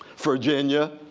virginia?